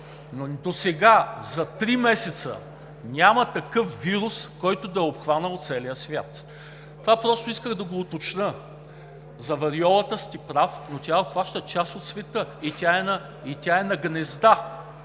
но сега за три месеца няма такъв вирус, който да е обхванал целия свят! Това просто исках да го уточня. За вариолата сте прав, но тя обхваща част от света и тя е на гнезда,